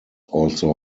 also